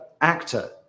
actor